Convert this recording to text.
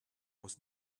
was